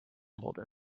stumbled